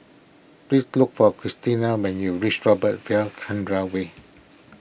please look for Cristina when you reach Robert V Chandran Way